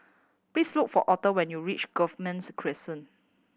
please look for Arther when you reach Crescent